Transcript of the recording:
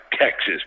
texas